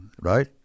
right